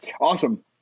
awesome